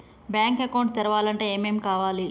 Bank account తెరవాలంటే ఏమేం కావాలి?